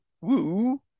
Woo